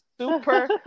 super